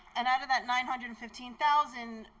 and and that nine hundred and fifteen thousand